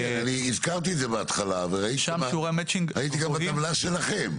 הזכרתי את זה בהתחלה וראיתי גם בטבלה שלכם.